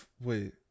wait